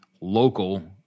local